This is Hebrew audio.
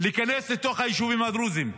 להיכנס לתוך היישובים הדרוזיים.